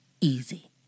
easy